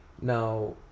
Now